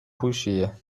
هوشیه